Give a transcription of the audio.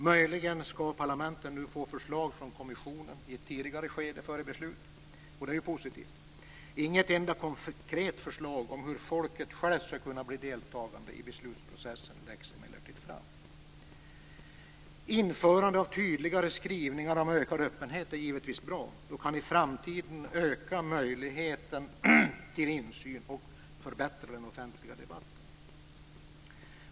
Möjligen skall parlamenten nu i ett tidigare skede före beslut få förslag från kommissionen, och detta är positivt. Inte ett enda konkret förslag om hur folket självt skall kunna bli deltagande i beslutsprocessen läggs emellertid fram. Ett införande av tydligare skrivningar om ökad öppenhet är givetvis bra. I framtiden kan då möjligheten till insyn öka och den offentliga debatten förbättras.